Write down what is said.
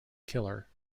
killer